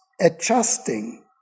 adjusting